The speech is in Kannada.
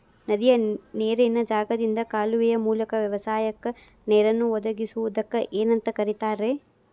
ನದಿಯ ನೇರಿನ ಜಾಗದಿಂದ ಕಾಲುವೆಯ ಮೂಲಕ ವ್ಯವಸಾಯಕ್ಕ ನೇರನ್ನು ಒದಗಿಸುವುದಕ್ಕ ಏನಂತ ಕರಿತಾರೇ?